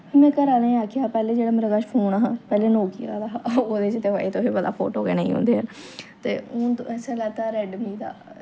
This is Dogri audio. में घर आह्लें गी आक्खेआ पैह्लें जेह्ड़े मेरे कश फोन हा पैह्लें नोकिया दा हा ओह्दे बिच्च तुसें पता ऐ फोटो गै नी होंदे हैन ते हून ते असें लैते दा रैडमी दा